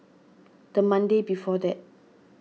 the Monday before that